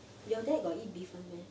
your dad got eat beef [one] meh